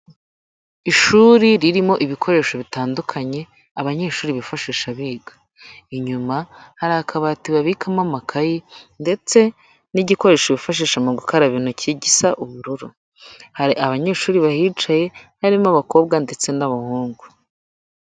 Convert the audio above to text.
Ishuri ririmo ibikoresho bitandukanye abanyeshuri bifashisha biga, inyuma hari akabati babikamo amakayi ndetse n'igikoresho bifashisha mu gukaraba intoki gisa ubururu, hari abanyeshuri bahicaye harimo abakobwa ndetse n'abahungu.